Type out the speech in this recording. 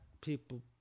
people